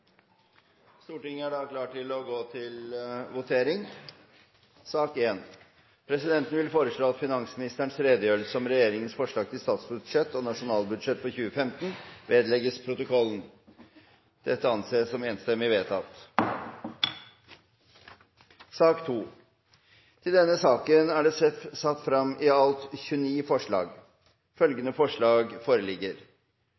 Stortinget er da klar til å gå til votering. Presidenten foreslår at finansministerens redegjørelse om stats- og nasjonalbudsjettet for 2015 i Stortingets møte 8. oktober 2014 vedlegges protokollen. – Det anses enstemmig vedtatt. Under debatten er det satt fram i alt 29 forslag.